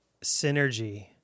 synergy